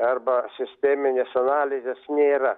arba sisteminės analizės nėra